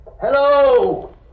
Hello